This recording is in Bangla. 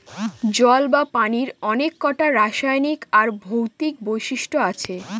জল বা পানির অনেককটা রাসায়নিক আর ভৌতিক বৈশিষ্ট্য আছে